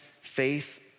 faith